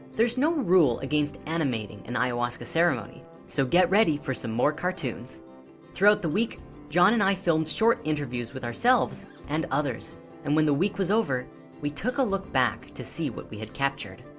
there's no rule against animating and an ayahuasca ceremony so get ready for some more cartoons throughout the week john and i filmed short interviews with ourselves and others and when the week was over we took a look back to see what we had captured